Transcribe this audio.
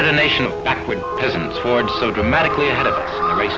ah nation of backward peasants forge so dramatically